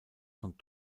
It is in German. von